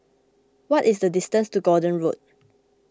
what is the distance to Gordon Road